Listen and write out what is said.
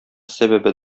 сәбәбе